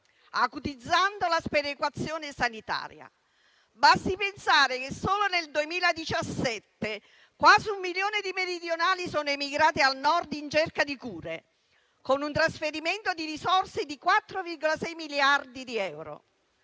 acutizzando la sperequazione sanitaria. Basti pensare che solo nel 2017 quasi un milione meridionali sono emigrati al Nord in cerca di cure, con un trasferimento di risorse di 4,6 miliardi di euro.